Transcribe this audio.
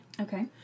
Okay